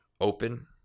open